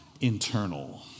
internal